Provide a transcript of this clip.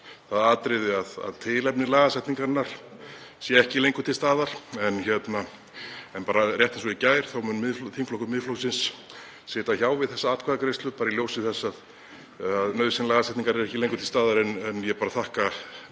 um það að tilefni lagasetningarinnar sé ekki lengur til staðar. En rétt eins og í gær mun þingflokkur Miðflokksins sitja hjá við atkvæðagreiðsluna í ljósi þess að nauðsyn lagasetningar er ekki lengur til staðar. Ég þakka